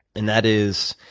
and that is